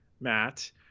Matt